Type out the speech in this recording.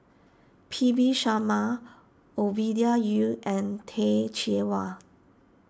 P V Sharma Ovidia Yu and Teh Cheang Wan